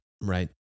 Right